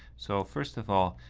so first of all,